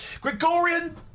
Gregorian